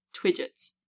Twidgets